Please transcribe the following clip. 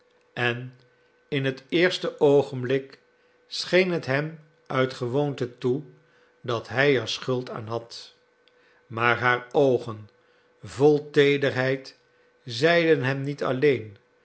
en in het eerste oogenblik scheen het hem uit gewoonte toe dat hij er schuld aan had maar haar oogen vol teederheid zeiden hem niet alleen